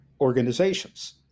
organizations